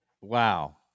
Wow